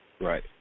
Right